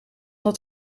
dat